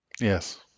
Yes